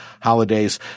holidays